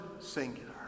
singular